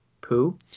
poo